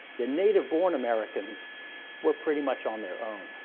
the native-born americans were pretty much on their own.